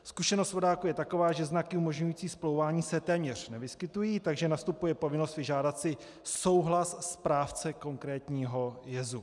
Zkušenost vodáků je taková, že znaky umožňující splouvání se téměř nevyskytují, takže nastupuje povinnost vyžádat si souhlas správce konkrétního jezu.